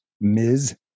Ms